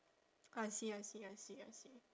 I see I see I see I see